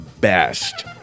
best